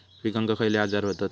पिकांक खयले आजार व्हतत?